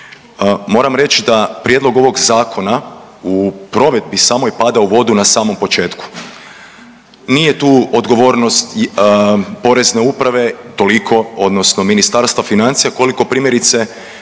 Moram reći da prijedlog ovog zakona u provedbi samoj pada u vodu na samom početku. Nije tu odgovornost Porezne uprave odnosno Ministarstva financija koliko primjerice